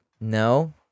no